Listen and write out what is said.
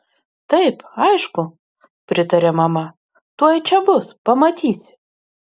taip aišku pritarė mama tuoj čia bus pamatysi